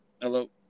hello